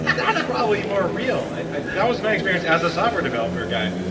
that's probably more real. that was my experience as a software developer guy.